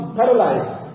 paralyzed